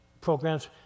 programs